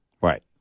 Right